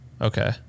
Okay